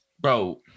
bro